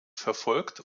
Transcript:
verfolgt